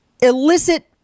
illicit